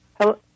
Hello